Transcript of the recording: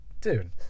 Dude